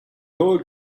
whole